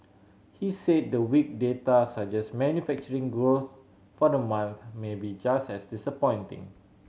he said the weak data suggests manufacturing growth for the month may be just as disappointing